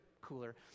cooler